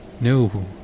No